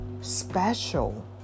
special